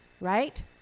right